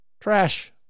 trash